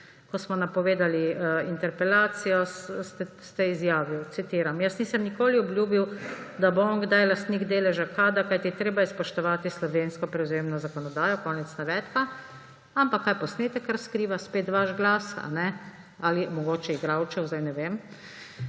ko smo napovedali interpelacijo, ste izjavili, citiram: »Jaz nisem nikoli obljubil, da bo on kdaj lastnik deleža Kada, kajti treba je spoštovati slovensko prevzemno zakonodajo.« Konec navedka. Ampak, kaj posnetek razkriva? Spet vaš glas ali mogoče igralčev, zdaj ne vem.